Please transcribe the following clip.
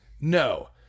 no